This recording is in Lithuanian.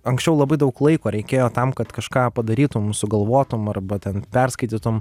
anksčiau labai daug laiko reikėjo tam kad kažką padarytum sugalvotum arba ten perskaitytum